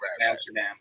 Amsterdam